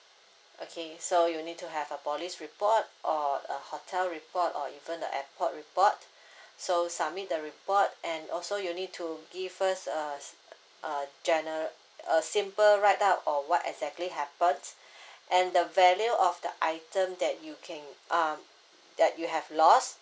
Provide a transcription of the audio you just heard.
okay so you need to have a police report or a hotel report or even the airport report so submit the report and also you need to give first uh uh gener~ a simple right up or what exactly happened and the value of the item that you can um that you have lost